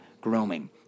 grooming